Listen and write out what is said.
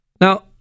Now